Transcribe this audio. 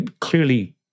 clearly